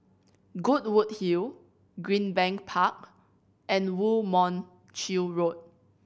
Goodwood Hill Greenbank Park and Woo Mon Chew Road